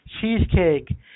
cheesecake